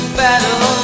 battle